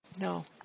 No